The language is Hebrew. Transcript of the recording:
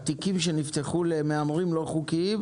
500 תיקים נפתחו למהמרים לא חוקיים?